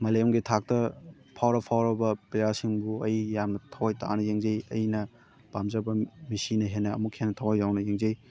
ꯃꯥꯂꯦꯝꯒꯤ ꯊꯥꯛꯇ ꯐꯥꯎꯔ ꯐꯥꯎꯔꯕ ꯄ꯭ꯂꯦꯌꯔꯁꯤꯡꯕꯨ ꯑꯩ ꯌꯥꯝꯅ ꯊꯋꯥꯏ ꯇꯥꯅ ꯌꯦꯡꯖꯩ ꯑꯩꯅ ꯄꯥꯝꯖꯕ ꯃꯦꯁꯁꯤꯅ ꯍꯦꯟꯅ ꯑꯃꯨꯛꯀ ꯍꯦꯟꯅ ꯊꯋꯥꯏ ꯌꯥꯎꯅ ꯌꯦꯡꯖꯩ